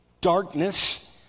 darkness